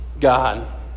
God